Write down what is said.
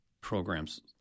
programs